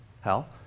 hell